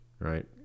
right